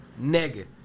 Nigga